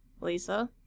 Lisa